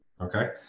Okay